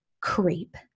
Creep